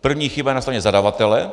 První chyba je na straně zadavatele